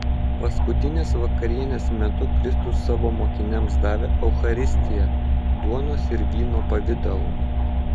paskutinės vakarienės metu kristus savo mokiniams davė eucharistiją duonos ir vyno pavidalu